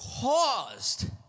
caused